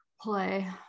play